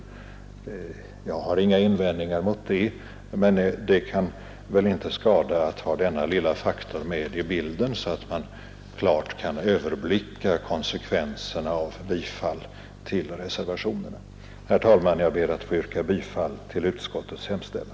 Jag har inga invändningar mot det, men det kan väl inte skada att ha denna lilla faktor med i bilden, så att man klart kan överblicka konsekvenserna av ett bifall till reservationerna. Herr talman! Jag ber att få yrka bifall till utskottets hemställan.